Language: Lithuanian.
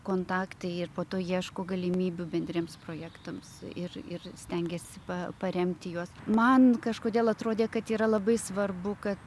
kontaktai ir po to ieško galimybių bendriems projektams ir ir stengiasi paremti juos man kažkodėl atrodė kad yra labai svarbu kad